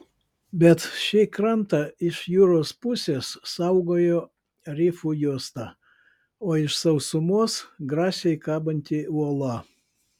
bet šį krantą iš jūros pusės saugojo rifų juosta o iš sausumos grasiai kabanti uola